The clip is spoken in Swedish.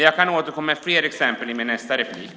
Jag kan återkomma med flera exempel i mitt nästa inlägg.